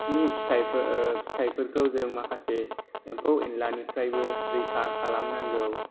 नि फिथाइफोरखौ जों माखासे एम्फौ एनलानिफ्रायबो रैखा खालाम नांगौ